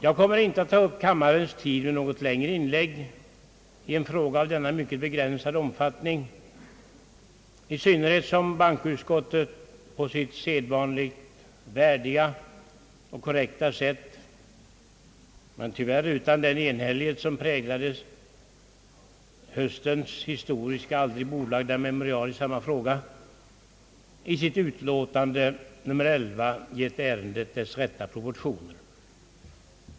Jag kommer inte att ta upp kammarens tid med något längre inlägg i en fråga av denna mycket begränsade omfattning, i synnerhet som bankoutskottet på sitt sedvanligt värdiga och korrekta sätt — men tyvärr utan den enhällighet som präglade hös tens historiska bordlagda memorial i samma fråga — i sitt utlåtande nr 11 givit ärendet dess rätta proportioner.